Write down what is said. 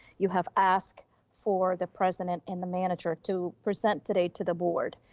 you have asked for the president and the manager to present today to the board,